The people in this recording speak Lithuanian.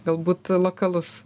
galbūt lokalus